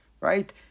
right